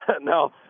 No